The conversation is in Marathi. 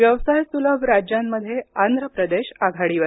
व्यवसाय सुलभ राज्यांमध्ये आंध्र प्रदेश आघाडीवर